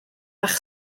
bach